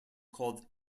called